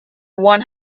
one